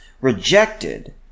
rejected